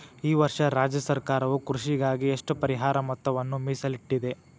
ಈ ವರ್ಷ ರಾಜ್ಯ ಸರ್ಕಾರವು ಕೃಷಿಗಾಗಿ ಎಷ್ಟು ಪರಿಹಾರ ಮೊತ್ತವನ್ನು ಮೇಸಲಿಟ್ಟಿದೆ?